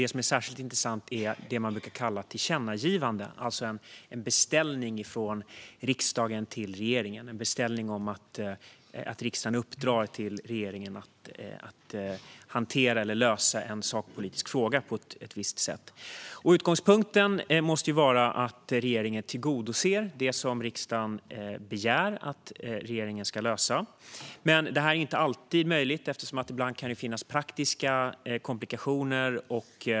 Det som är särskilt intressant är det som brukar kallas tillkännagivanden, alltså en beställning från riksdagen till regeringen där riksdagen uppdrar åt regeringen att hantera eller lösa en sakpolitisk fråga på ett visst sätt. Utgångspunkten måste vara att regeringen tillgodoser det som riksdagen begär att regeringen ska lösa. Detta är inte alltid möjligt eftersom det ibland kan finnas praktiska komplikationer.